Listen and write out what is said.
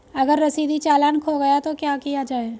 अगर रसीदी चालान खो गया तो क्या किया जाए?